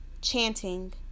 chanting